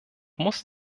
muss